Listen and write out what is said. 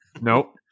Nope